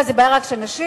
מה, זאת בעיה רק של נשים?